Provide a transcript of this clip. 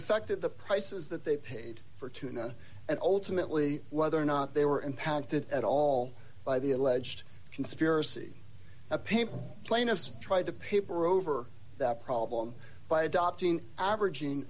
affected the prices that they paid for tuna and ultimately whether or not they were impacted at all by the alleged conspiracy of paper plaintiffs tried to paper over that problem by adopting averaging